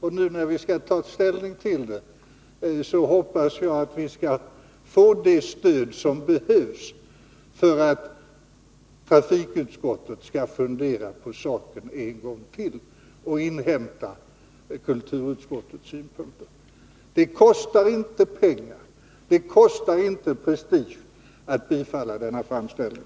Nu när kammaren skall ta ställning till den, hoppas jag att vi skall få det stöd som behövs för att trafikutskottet skall fundera på saken en gång till och inhämta kulturutskottets synpunkter. Det kostar inte pengar, det kostar inte prestige att bifalla denna framställning.